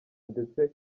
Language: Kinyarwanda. ndetse